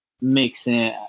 mixing